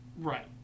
Right